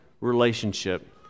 relationship